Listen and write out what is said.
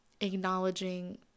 acknowledging